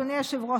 אדוני היושב-ראש,